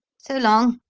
so long!